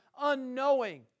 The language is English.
unknowing